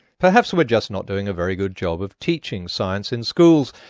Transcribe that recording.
perhaps we're just not doing a very good job of teaching science in schools.